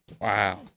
Wow